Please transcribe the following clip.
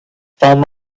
some